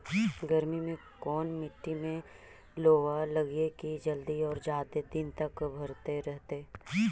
गर्मी में कोन मट्टी में लोबा लगियै कि जल्दी और जादे दिन तक भरतै रहतै?